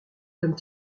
comme